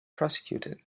prosecuted